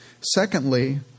Secondly